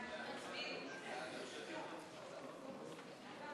חוק הקאדים